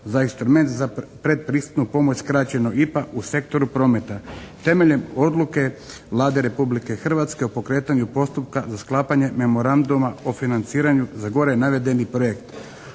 za instrument za predpristupnu pomoć skraćeno IPA u sektoru prometa temeljem odluke Vlade Republike Hrvatske u pokretanju postupka za sklapanje memoranduma o financiranju za gore navedeni projekt.